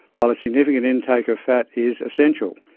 while a significant intake of fat is essential.